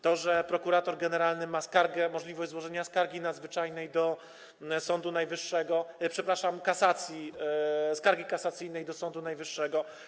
To, że prokurator generalny ma możliwość złożenia skargi nadzwyczajnej do Sądu Najwyższego... przepraszam, kasacji, skargi kasacyjnej do Sądu Najwyższego.